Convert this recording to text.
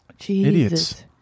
Idiots